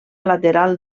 lateral